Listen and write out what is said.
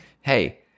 hey